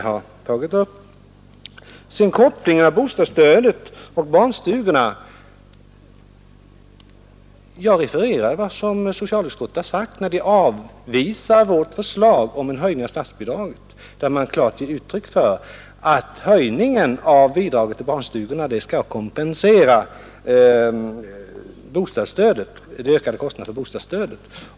Beträffande kopplingen av bostadsstödet och bidraget till barnstugor så refererade jag vad socialutskottet har sagt när utskottet avvisat vårt förslag om en höjning av statsbidraget, där vi klart ger uttryck för att höjningen av bidraget till barnstugorna skall kompensera de ökade kostnaderna för bostadsstödet.